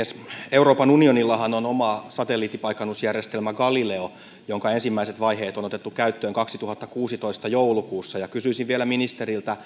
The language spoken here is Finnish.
euroopan unionillahan on oma satelliittipaikannusjärjestelmä galileo jonka ensimmäiset vaiheet on otettu käyttöön kaksituhattakuusitoista joulukuussa ja kysyisin vielä ministeriltä